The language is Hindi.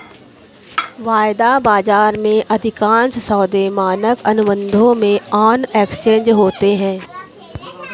वायदा बाजार में, अधिकांश सौदे मानक अनुबंधों में ऑन एक्सचेंज होते हैं